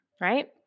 right